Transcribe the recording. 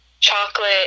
chocolate